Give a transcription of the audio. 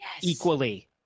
equally